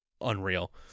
unreal